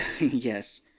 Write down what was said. Yes